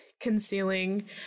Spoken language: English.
concealing